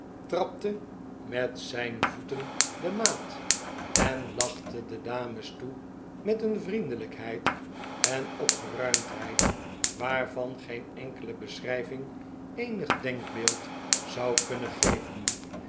winkle verward ten de maat en lachte de dames toe met een vriendelijkheid en opgeruimdheid waarvan geen enkele beschrijving eenig denkbeeld zou kunnen geven